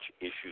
issues